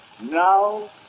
Now